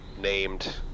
named